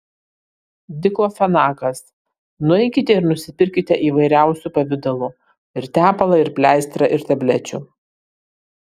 diklofenakas nueikite ir nusipirkite įvairiausių pavidalų ir tepalą ir pleistrą ir tablečių